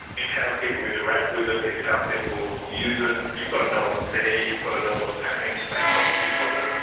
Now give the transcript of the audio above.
it's how people interact with it, it's how people use it. you've got to know it's there, you've got to know what's happening to make proper use of it.